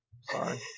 Sorry